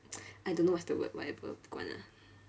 I don't know what's the word whatever 不管 lah